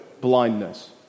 blindness